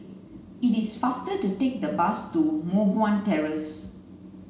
it is faster to take the bus to Moh Guan Terrace